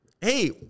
Hey